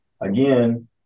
again